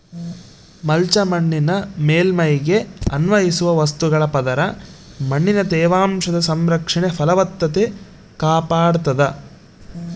mulch ಮಣ್ಣಿನ ಮೇಲ್ಮೈಗೆ ಅನ್ವಯಿಸುವ ವಸ್ತುಗಳ ಪದರ ಮಣ್ಣಿನ ತೇವಾಂಶದ ಸಂರಕ್ಷಣೆ ಫಲವತ್ತತೆ ಕಾಪಾಡ್ತಾದ